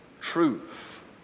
truth